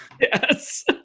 Yes